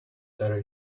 there